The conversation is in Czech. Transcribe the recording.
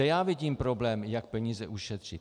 Zde já vidím problém, jak peníze ušetřit.